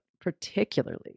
particularly